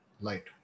light